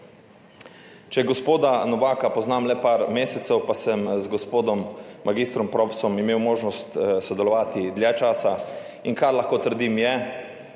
Če gospoda Novaka poznam le par mesecev, pa sem z gospodom mag. Propsom imel možnost sodelovati dlje časa. In kar lahko trdim, je,